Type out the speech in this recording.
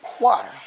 water